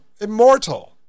Immortal